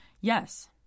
Yes